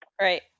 Right